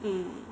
mm